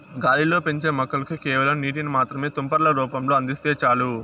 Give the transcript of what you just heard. గాలిలో పెంచే మొక్కలకి కేవలం నీటిని మాత్రమే తుంపర్ల రూపంలో అందిస్తే చాలు